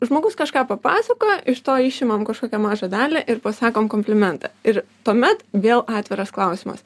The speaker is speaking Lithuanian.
žmogus kažką pasakojo iš to išimam kažkokią mažą dalį ir pasakom komplimentą ir tuomet vėl atviras klausimas